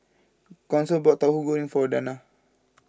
Council bought Tauhu Goreng for Danna